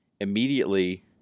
immediately